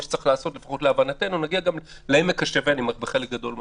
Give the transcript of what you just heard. שצריך לעשות להבנתנו ונגיע גם לעמק השווה בחלק גדול מהדברים.